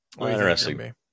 Interesting